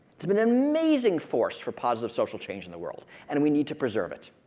it's an amazing force for positive social change in the world. and we need to preserve it.